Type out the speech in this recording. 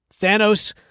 thanos